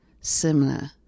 similar